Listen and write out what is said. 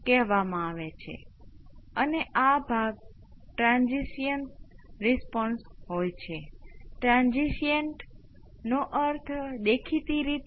વિદ્યાર્થી આપણે આ બે સમીકરણોનું રેખીય સંયોજન અજમાવી શકીએ છીએ